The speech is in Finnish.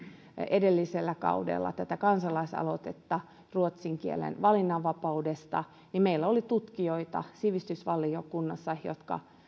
edellisellä kaudella kansalaisaloitetta ruotsin kielen valinnanvapaudesta niin meillä oli sivistysvaliokunnassa tutkijoita